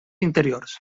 interiors